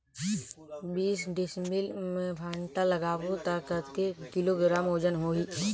बीस डिसमिल मे भांटा लगाबो ता कतेक किलोग्राम वजन होही?